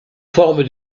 forme